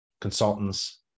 consultants